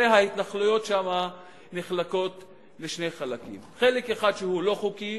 הרי ההתנחלויות שם נחלקות לשני חלקים: חלק אחד שהוא לא חוקי